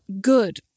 Good